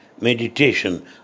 meditation